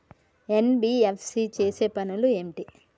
NBFC చేసే పనులు ఏమిటి?